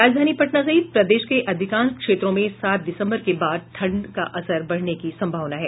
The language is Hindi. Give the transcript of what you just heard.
राजधानी पटना सहित प्रदेश के अधिकांश क्षेत्रों में सात दिसम्बर के बाद ठंड का असर बढ़ने की संभावना है